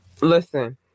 Listen